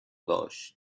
داشت